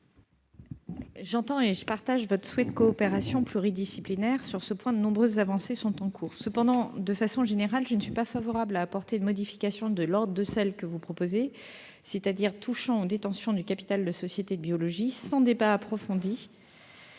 Gouvernement ? Je partage votre souhait de coopération pluridisciplinaire. Sur ce point, de nombreuses avancées sont en cours. Cependant, de façon générale, je ne suis pas favorable à une modification de l'ordre de celle que vous proposez, c'est-à-dire touchant à la détention du capital de laboratoires de biologie médicale, sans débat approfondi